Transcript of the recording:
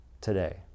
today